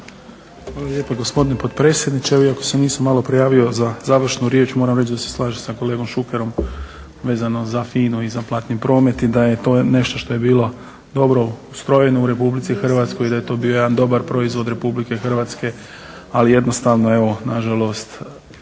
Hvala lijepo gospodine potpredsjedniče. Evo iako se nisam maloprije javio za završnu riječ, moram reći da se slažem sa kolegom Šukerom vezano za FINA-u i za platni promet. I da je to nešto što je bilo dobro ustrojeno u Republici Hrvatskoj i da je to bio jedan dobar proizvod Republike Hrvatske ali jednostavno evo, nažalost,